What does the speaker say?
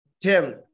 Tim